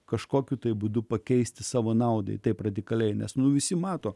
kažkokiu tai būdu pakeisti savo naudai taip radikaliai nes nu visi mato